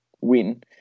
win